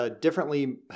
differently